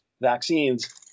vaccines